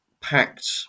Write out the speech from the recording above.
packed